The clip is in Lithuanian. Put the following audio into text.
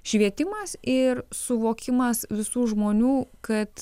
švietimas ir suvokimas visų žmonių kad